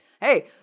Hey